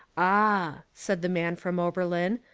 ah, said the man from oberlin,